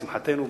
לשמחתנו,